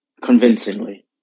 convincingly